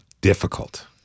Difficult